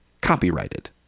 copyrighted